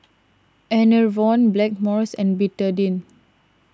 Enervon Blackmores and Betadine